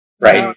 Right